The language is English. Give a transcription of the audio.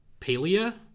Palea